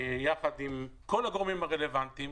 ביחד עם כל הגורמים הרלוונטיים.